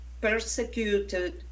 persecuted